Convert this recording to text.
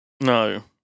No